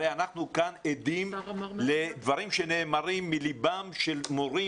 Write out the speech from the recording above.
הרי אנחנו כאן עדים לדברים שנאמרים מלבם של מורים